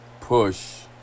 push